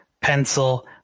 pencil